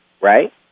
right